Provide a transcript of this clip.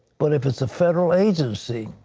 but if it's a federal agency,